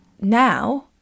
now